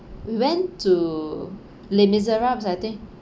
we went to les miserables I think